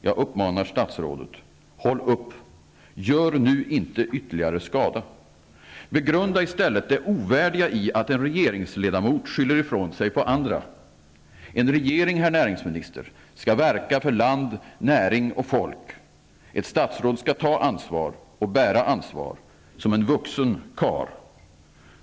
Jag uppmanar statsrådet: Håll upp och gör nu inte ytterligare skada. Begrunda i stället det ovärdiga i att en regeringsledamot skyller ifrån sig på andra. En regering, herr näringsminister, skall verka för land, näring och folk. Ett statsråd skall ta ansvar och bära ansvar som en vuxen karl.